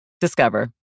Discover